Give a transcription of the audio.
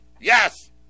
Yes